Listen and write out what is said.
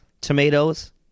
Tomatoes